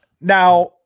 now